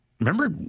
Remember